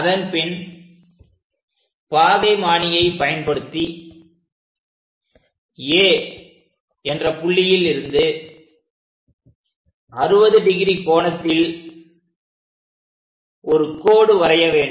அதன்பின் பாகைமானியை பயன்படுத்தி A என்ற புள்ளியில் இருந்து 60° கோணத்தில் ஒரு கோடு வரைய வேண்டும்